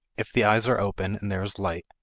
if the eyes are open and there is light,